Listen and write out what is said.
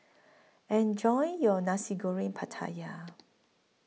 Enjoy your Nasi Goreng Pattaya